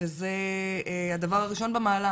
וזה הדבר הראשון במעלה,